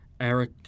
Eric